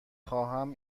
خواهم